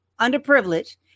underprivileged